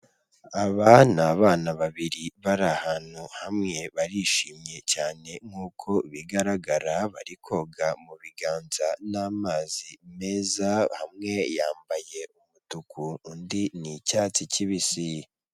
Aba ni bana babiri bari ahantu hamwe barishimye cyane nkuko bigaragara bari koga mu biganza n'amazi meza hamwe yambaye umutuku undi ni icyatsi kibisi.